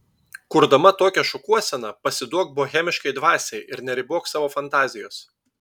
kurdama tokią šukuoseną pasiduok bohemiškai dvasiai ir neribok savo fantazijos